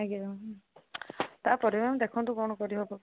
ଆଜ୍ଞା ମ୍ୟାମ୍ ତା ପରେ ମ୍ୟାମ୍ ଦେଖନ୍ତୁ କଣ କରିହେବ